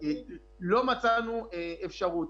לא מצאנו אפשרות.